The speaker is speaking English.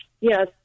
Yes